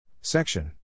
Section